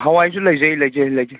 ꯍꯋꯥꯏꯁꯨ ꯂꯩꯖꯩ ꯂꯩꯖꯩ ꯂꯩꯖꯩ